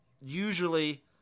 usually